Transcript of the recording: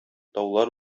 таулар